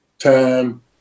time